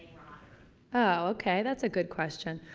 oh, okay, that's a good question.